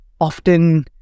often